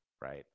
right